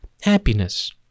happiness